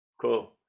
cool